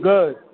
Good